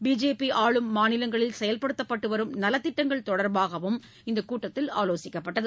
BJP ஆளும் மாநிலங்களில் செயல்படுத்தப்பட்டு வரும் நலத்திட்டங்கள் தொடர்பாகவும் இந்தக் கூட்டத்தில் ஆலோசிக்கப்பட்டது